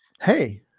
Hey